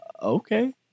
Okay